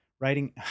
Writing